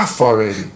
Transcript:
already